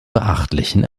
beachtlichen